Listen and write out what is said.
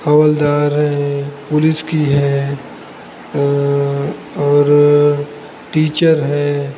हवलदार है पुलिस की है और टीचर है